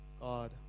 God